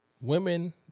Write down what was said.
Women